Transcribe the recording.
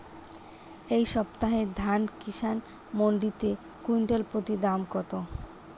এই সপ্তাহে ধান কিষান মন্ডিতে কুইন্টাল প্রতি দাম কত?